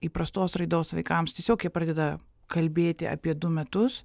įprastos raidos vaikams tiesiog jie pradeda kalbėti apie du metus